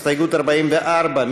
הסתייגות 44,